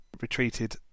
retreated